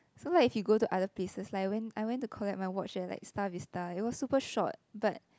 so like if you go to other places like I went I went to collect my watch at like Star-Vista it was super short but